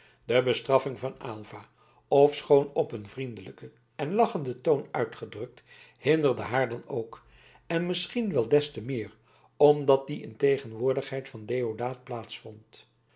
de bestraffing van aylva ofschoon op een vriendelijken en lachenden toon uitgedrukt hinderde haar dan ook en misschien wel des te meer omdat die in tegenwoordigheid van